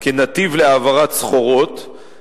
הים לא שימש כנתיב להעברת סחורות,